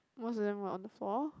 most of them were on the floor